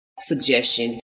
suggestion